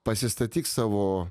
pasistatyk savo